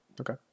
Okay